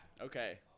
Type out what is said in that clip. Okay